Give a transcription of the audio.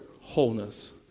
wholeness